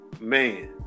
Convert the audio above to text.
Man